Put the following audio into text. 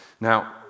Now